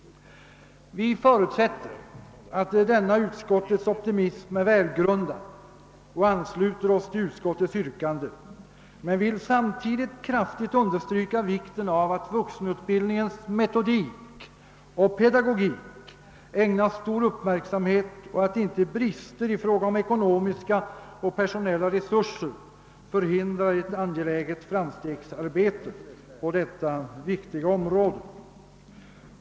Vi förutsätter att denna utskottets optimism är välgrundad och ansluter oss till utskottets yrkande, men vill samtidigt kraftigt understryka vikten av att vuxenutbildningens metodik och pedagogik ägnas stor uppmärksamhet och att inte brister i fråga om ekonomiska och personella resurser förhindrar ett angeläget framstegsarbete på detta viktiga område.